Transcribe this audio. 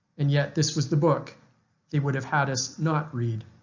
and yet this was the book they would have had us not read.